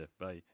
Bye